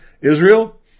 Israel